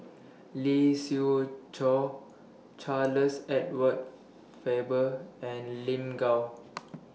Lee Siew Choh Charles Edward Faber and Lin Gao